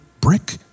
brick